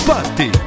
Party